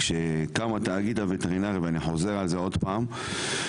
כשקם תאגיד הווטרינריה ואני חוזר על זה עוד פעם,